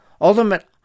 Ultimate